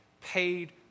paid